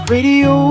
Radio